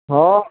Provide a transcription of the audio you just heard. ହଁ